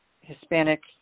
Hispanic